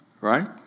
Right